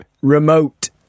remote